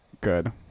good